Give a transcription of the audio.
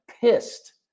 pissed